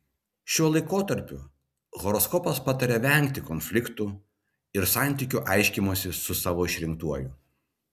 šiuo laikotarpiu horoskopas pataria vengti konfliktų ir santykių aiškinimosi su savo išrinktuoju